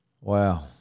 Wow